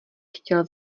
chtěl